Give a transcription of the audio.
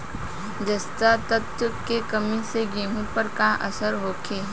जस्ता तत्व के कमी से गेंहू पर का असर होखे?